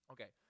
Okay